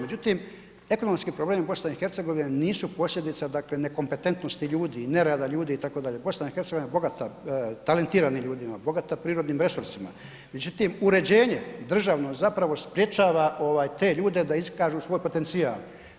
Međutim ekonomski problemi BiH nisu posljedica dakle nekompetentnosti ljudi i nerada ljudi, BiH je bogata talentiranim ljudima, bogata prirodnim resursima međutim uređenje državno zapravo sprječava te ovaj ljude da iskažu svoj potencijal.